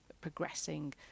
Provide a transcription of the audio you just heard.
progressing